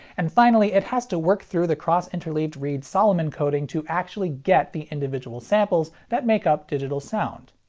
and finally it has to work through the cross-interleaved reed-solomon coding to actually get the individual samples that make up digital sound.